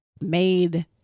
made